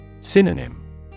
Synonym